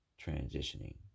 transitioning